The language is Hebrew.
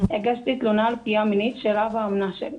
הגשתי תלונה על פגיעה מינית שאירעה באומנה שלי.